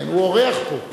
הוא אורח פה.